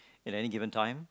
in any given time